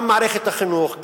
גם מערכת החינוך,